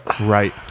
Right